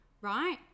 right